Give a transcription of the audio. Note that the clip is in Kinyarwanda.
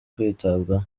kwitabwaho